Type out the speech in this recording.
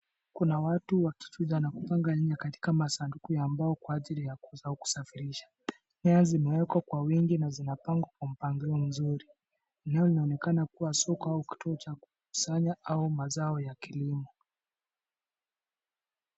Kuna watu wakijaza na kupanga nyanya katika masunduku ya mbao kwa ajili ya kuuza au kusafirisha. Nyaya zimekwekwa kwa uwingi na zimepangwa kwa mpangilio nzuri. Eneo inaonekana kuwa soko au kituo ya kusanya au mazao ya kilimo.